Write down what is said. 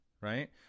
Right